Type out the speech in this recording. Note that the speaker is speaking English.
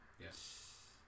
Yes